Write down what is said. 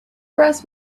grass